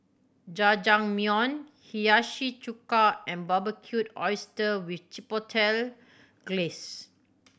Jajangmyeon Hiyashi Chuka and Barbecued Oyster with Chipotle Glaze